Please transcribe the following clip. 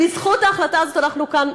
בזכות ההחלטה הזאת אנחנו כאן,